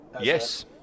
Yes